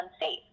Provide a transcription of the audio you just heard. unsafe